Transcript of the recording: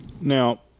Now